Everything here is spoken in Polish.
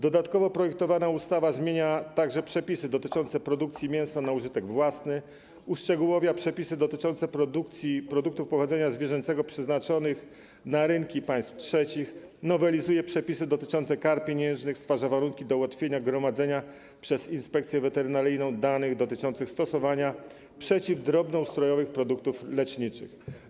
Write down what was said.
Dodatkowo projektowana ustawa zmienia także przepisy dotyczące produkcji mięsa na użytek własny, uszczegóławia przepisy dotyczące produkcji produktów pochodzenia zwierzęcego przeznaczonych na rynki państw trzecich, nowelizuje przepisy dotyczące kar pieniężnych, stwarza warunki do ułatwienia gromadzenia przez Inspekcję Weterynaryjną danych dotyczących stosowania przeciwdrobnoustrojowych produktów leczniczych.